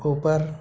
ऊपर